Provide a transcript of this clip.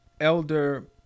elder